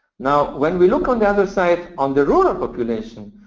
now, when we look on the other side, on the rural population,